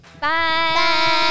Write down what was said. Bye